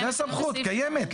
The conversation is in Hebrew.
זו סמכות שקיימת.